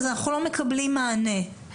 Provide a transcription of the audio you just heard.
אנחנו לא מקבלים מענה.